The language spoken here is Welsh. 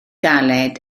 galed